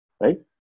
right